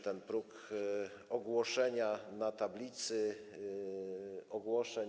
Ten próg ogłoszenia jest na tablicy ogłoszeń.